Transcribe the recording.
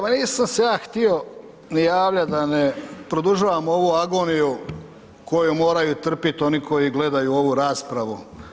Ma nisam se ja htio ni javljat da ne produžavam ovu agoniju koju moraju trpjeti oni koji gledaju ovu raspravu.